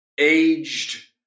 Aged